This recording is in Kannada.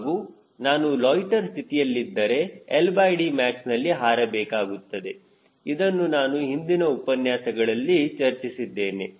ಹಾಗೂ ನಾನು ಲೊಯ್ಟ್ಟೆರ್ ಸ್ಥಿತಿಯಲ್ಲಿದ್ದರೆ LDmaxನಲ್ಲಿ ಹಾರಬೇಕಾಗುತ್ತದೆ ಇದನ್ನು ನಾನು ಹಿಂದಿನ ಉಪನ್ಯಾಸಗಳಲ್ಲಿ ಚರ್ಚಿಸಿದ್ದೇನೆ